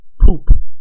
poop